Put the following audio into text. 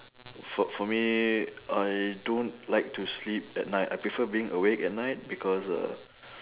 fo~ for me I don't like to sleep at night I prefer being awake at night because uh